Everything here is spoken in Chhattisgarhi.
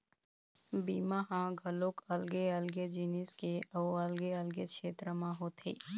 बीमा ह घलोक अलगे अलगे जिनिस के अउ अलगे अलगे छेत्र म होथे